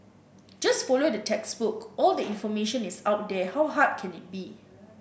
just follow the textbook all the information is out there how hard can it be